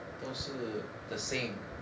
都是 the same